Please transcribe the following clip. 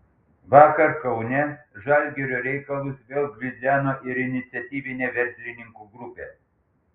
vakar kaune žalgirio reikalus vėl gvildeno ir iniciatyvinė verslininkų grupė